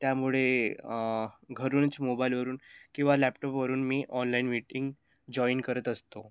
त्यामुळे घरूनच मोबाईलवरून किंवा लॅपटॉपवरून मी ऑनलाईन मीटिंग जॉईन करत असतो